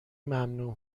ممنوع